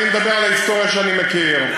אני מדבר על ההיסטוריה שאני מכיר.